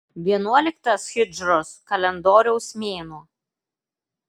vienuoliktas hidžros kalendoriaus mėnuo